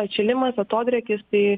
atšilimas atodrėkis tai